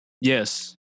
yes